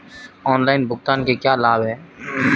Online भुगतान के क्या लाभ हैं?